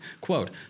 Quote